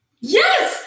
Yes